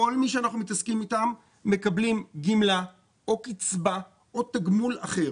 כל מי שאנחנו מתעסקים איתם מקבלים גמלה או קצבה או תגמול אחר.